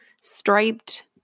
striped